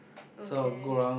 okay